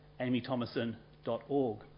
AmyThomason.org